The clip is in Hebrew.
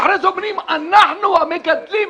ואחרי זה אומרים: אנחנו המגדלים,